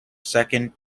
second